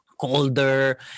colder